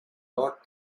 not